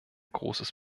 großes